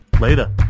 Later